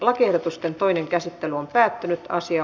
lakiehdotusten toinen käsittely on päättynyt ja asia